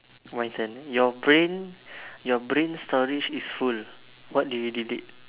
my turn your brain your brain storage is full what do you delete